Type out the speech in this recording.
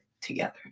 together